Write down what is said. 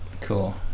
cool